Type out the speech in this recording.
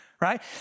right